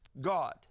God